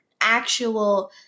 actual